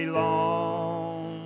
long